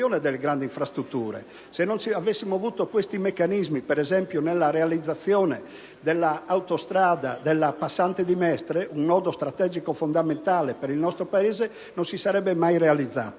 Se non avessimo avuto questi meccanismi, per esempio nella realizzazione del Passante di Mestre, un nodo strategico fondamentale per il nostro Paese, esso non si sarebbe mai realizzato.